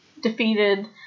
defeated